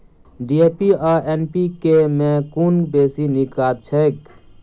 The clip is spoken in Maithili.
डी.ए.पी आ एन.पी.के मे कुन बेसी नीक खाद छैक?